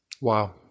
Wow